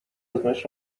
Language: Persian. آزمایش